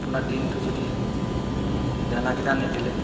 আপোনাৰ দিনটো যদি দানাকেইটা নিদিলে